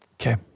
Okay